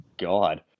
God